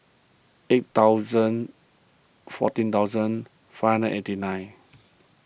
eight thousand fourteen thousand five hundred eighty nine